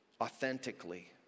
authentically